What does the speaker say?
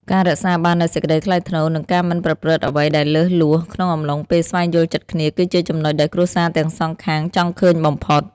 ការរក្សាបាននូវសេចក្ដីថ្លៃថ្នូរ និងការមិនប្រព្រឹត្តអ្វីដែលលើសលួសក្នុងកំឡុងពេលស្វែងយល់ចិត្តគ្នា គឺជាចំណុចដែលគ្រួសារទាំងសងខាងចង់ឃើញបំផុត។